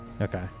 Okay